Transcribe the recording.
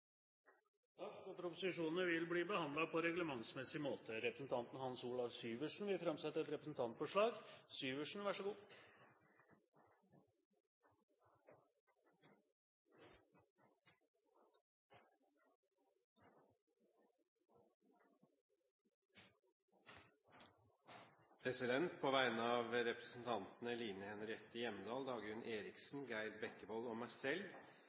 representant og ønskes velkommen tilbake. Representanten Hans Olav Syversen vil framsette et representantforlag. På vegne av representantene Line Henriette Hjemdal, Dagrun Eriksen, Geir Jørgen Bekkevold og meg selv